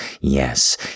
Yes